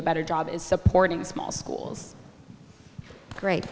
a better job is supporting small schools great